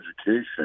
education